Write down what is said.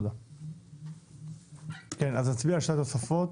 כן אז נצביע על שתי התוספות.